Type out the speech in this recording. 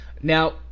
Now